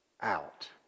out